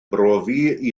brofi